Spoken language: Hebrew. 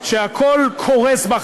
שהכול קורס בה,